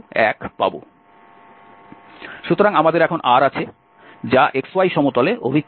সুতরাং আমাদের এখন R আছে যা xy সমতলে অভিক্ষেপ